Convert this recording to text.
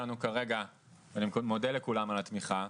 ואני מודה לכולם על התמיכה.